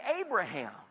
Abraham